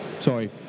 Sorry